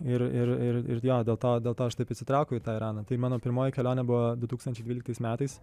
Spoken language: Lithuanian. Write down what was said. ir ir ir jo dėl to dėl to aš taip įsitraukiau į tą iraną tai mano pirmoji kelionė buvo du tūkstančiai dvyliktais metais